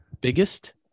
Biggest